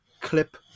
clip